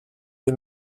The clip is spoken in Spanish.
del